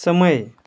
समय